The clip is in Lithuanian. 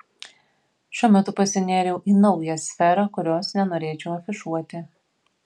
šiuo metu pasinėriau į naują sferą kurios nenorėčiau afišuoti